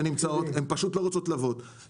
הן פשוט לא רוצות לבוא.